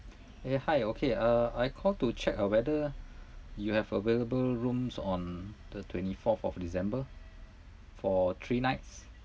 eh hi okay uh I call to check uh whether you have available rooms on the twenty fourth of december for three nights